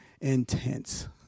intense